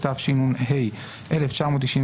התשנ"ה-1995: